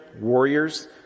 warriors